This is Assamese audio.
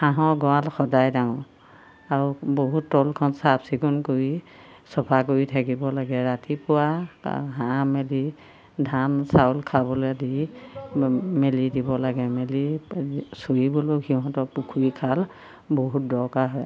হাঁহৰ গঁড়াল সদায় ডাঙৰ আৰু বহুত তলখন চাফচিকুণ কৰি চফা কৰি থাকিব লাগে ৰাতিপুৱা হাঁহ মেলি ধান চাউল খাবলৈ দি মেলি দিব লাগে মেলি পেনি চৰিবলৈও সিহঁতক পুখুৰী খাল বহুত দৰকাৰ হয়